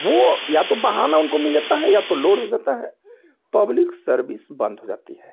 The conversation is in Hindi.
वह या तो बहाना उनको मिल जाता है या तो लोड़ हो जाता है पब्लिक सर्बिस बंद हो जाती है